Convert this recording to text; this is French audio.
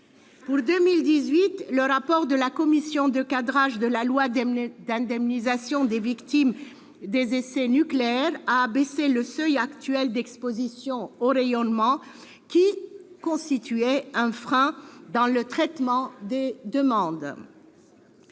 Pour 2018, le rapport de la commission de cadrage de la loi d'indemnisation des victimes des essais nucléaires a abaissé le seuil d'exposition aux rayonnements en vigueur, qui constituait un frein dans le traitement des demandes,